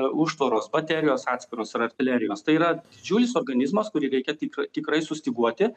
užtvaros baterijos atskiros ir artilerijos tai yra didžiulis organizmas kurį reikia tikra tikrai sustyguoti